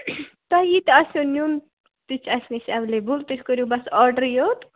تۄہہِ یہِ تہِ آسوٕ نِیُن تہِ چھُ اَسہِ نِش ایٚویلیبُل تُہۍ کٔرِو بَس آرڈرٕے یوت